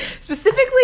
Specifically